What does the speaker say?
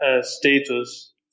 status